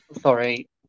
sorry